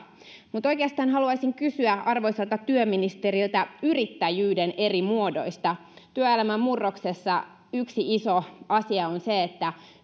mutta oikeastaan haluaisin kysyä arvoisalta työministeriltä yrittäjyyden eri muodoista työelämän murroksessa yksi iso asia on se että